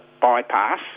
bypass